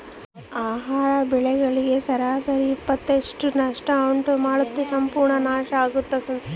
ಆಹಾರ ಬೆಳೆಗಳಿಗೆ ಸರಾಸರಿ ಇಪ್ಪತ್ತರಷ್ಟು ನಷ್ಟ ಉಂಟು ಮಾಡ್ತದ ಸಂಪೂರ್ಣ ನಾಶ ಆಗೊ ಸಂದರ್ಭನೂ ಇರ್ತದ